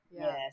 Yes